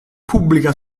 pubblica